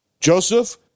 Joseph